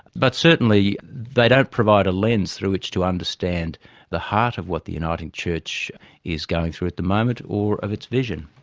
but certainly they don't provide a lens through which to understand the heart of what the uniting church is going through at the moment or of its vision.